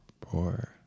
Poor